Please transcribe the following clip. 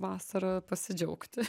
vasara pasidžiaugti